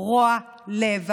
רוע לב,